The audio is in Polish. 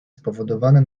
spowodowane